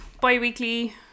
bi-weekly